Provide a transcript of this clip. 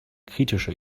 kritische